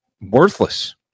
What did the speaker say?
worthless